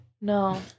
No